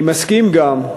אני מסכים גם,